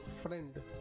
friend